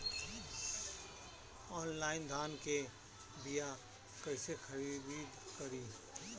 Online धान के बीया कइसे खरीद करी?